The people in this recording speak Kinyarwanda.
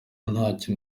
ntacyo